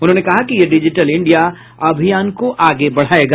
उन्होंने कहा कि यह डिजिटल इंडिया अभियान को आगे बढ़ायेगा